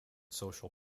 social